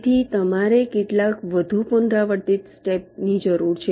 તેથી તમારે કેટલાક વધુ પુનરાવર્તિત સ્ટેપ ની જરૂર છે